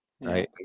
right